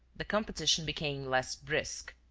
the competition became less brisk.